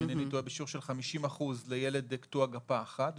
אם אינני טועה בשיעור של 50 אחוזים לילד קטוע גפה אחת.